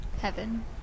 Heaven